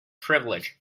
privilege